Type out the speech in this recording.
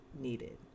needed